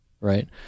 right